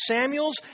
Samuel's